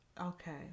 Okay